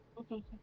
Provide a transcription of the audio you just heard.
Okay